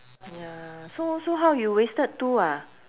ya so so how you wasted two ah